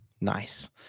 Nice